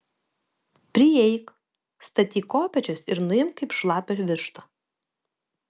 prieik statyk kopėčias ir nuimk kaip šlapią vištą